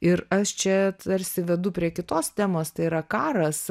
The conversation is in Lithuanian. ir aš čia tarsi vedu prie kitos temos tai yra karas